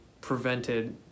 prevented